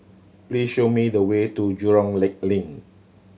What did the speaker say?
please show me the way to Jurong Lake Link